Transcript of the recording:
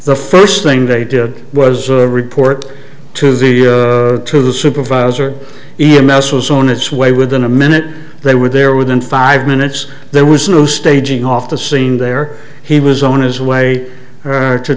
the first thing they did was report to the to the supervisor e m s was on its way within a minute they were there within five minutes there was no staging off the scene there he was on his way to t